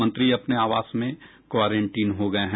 मंत्री अपने आवास में क्वारेंटीन हो गये हैं